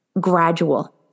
gradual